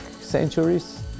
centuries